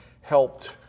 helped